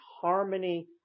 harmony